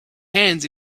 hands